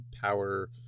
power